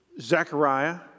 Zechariah